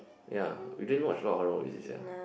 ya we didn't watch a lot of horror movie this year